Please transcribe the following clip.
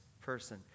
person